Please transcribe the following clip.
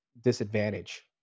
disadvantage